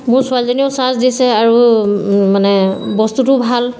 মোৰ ছোৱালীজনীয়েও চাৰ্জ দিছে আৰু মানে বস্তুটোও ভাল